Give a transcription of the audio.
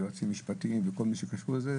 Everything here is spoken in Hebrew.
היועצים המשפטיים וכל מי שקשור לזה.